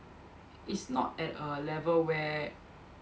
is not at a level where